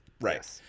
Right